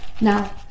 Now